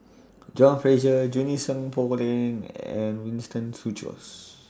John Fraser Junie Sng Poh Leng and Winston Choos